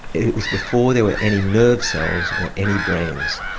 it was before there were any nerve cells or any brains.